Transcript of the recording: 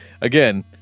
again